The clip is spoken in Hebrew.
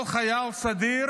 כל חייל סדיר